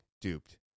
duped